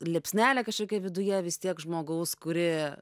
liepsnelė kažkokia viduje vis tiek žmogaus kuri